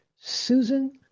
Susan